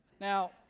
Now